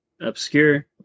obscure